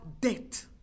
debt